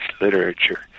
literature